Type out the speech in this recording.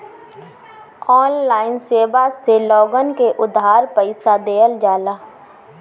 online सेवा से लोगन के उधार पईसा देहल जाला